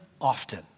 often